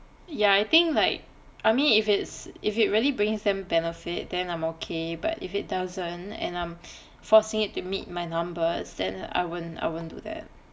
ya I think like I mean if it's if it really brings them benefit then I'm okay but if it doesn't and I'm forcing it to meet my numbers then I won't I won't do that